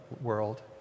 world